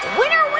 winner,